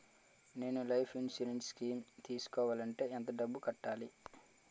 నేను life insurance scheme తీసుకోవాలంటే ఎంత డబ్బు కట్టాలి?